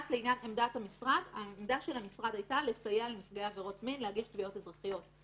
העמדה של המשרד הייתה לסייע לנפגעי עבירות מין להגיש תביעות אזרחיות.